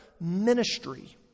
ministry